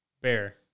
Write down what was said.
bear